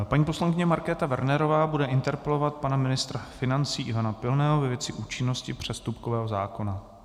Paní poslankyně Markéta Wernerová bude interpelovat pana ministra financí Ivana Pilného ve věci účinnosti přestupkového zákona.